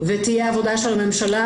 ותהיה עבודה של הממשלה,